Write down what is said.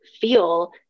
feel